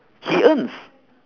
he earns